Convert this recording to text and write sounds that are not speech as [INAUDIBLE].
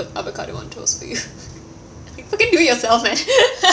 avocado on toast for you fricking do it yourself man [LAUGHS]